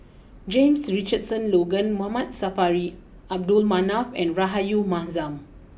James Richardson Logan Mama Saffri Manaf and Rahayu Mahzam